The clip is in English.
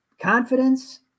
confidence